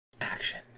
Action